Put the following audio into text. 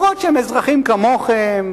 אפילו שהם אזרחים כמוכם,